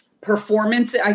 performance